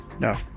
No